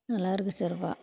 நல்லாயிருக்கும் சிறப்பா